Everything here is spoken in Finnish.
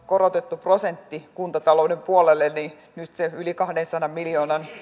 korotettu yhteisöveroprosentti kuntatalouden puolelle niin nyt sitä yli kahdensadan miljoonan